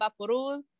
vaporul